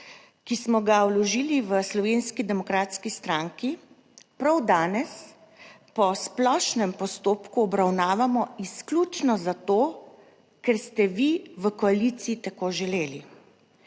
ki smo ga vložili v Slovenski demokratski stranki, prav danes po splošnem postopku obravnavamo izključno zato, ker ste vi v koaliciji tako želeli